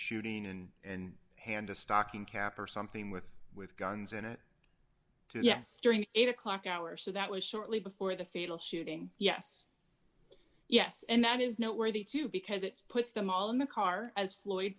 shooting and and hand a stocking cap or something with with guns in it yes during the eight o'clock hour or so that was shortly before the fatal shooting yes yes and that is noteworthy too because it puts them all in the car as floyd